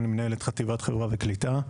מנהל את חטיבת חברה וקליטה,